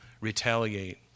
Retaliate